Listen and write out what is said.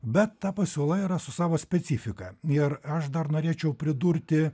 bet ta pasiūla yra su savo specifika ir aš dar norėčiau pridurti